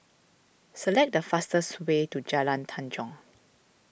select the fastest way to Jalan Tanjong